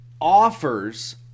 offers